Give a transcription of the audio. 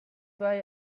why